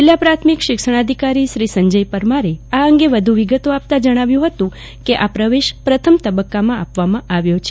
જિલ્લા પ્રાથમિક શિક્ષણાધિકારીશ્રી સંજય પરમારે આ અંગે વધુ વિગતો આપતા જણાવ્યુ હતુ કે આ પ્રવેશ પ્રથમ તબક્કામાં આપવામાં આવ્યો છે